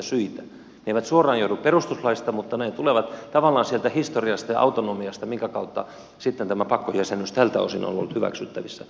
ne eivät suoraan johdu perustuslaista mutta ne tulevat tavallaan sieltä historiasta ja autonomiasta minkä kautta sitten tämä pakkojäsenyys tältä osin on ollut hyväksyttävissä